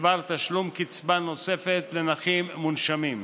בדבר תשלום קצבה נוספת לנכים מונשמים.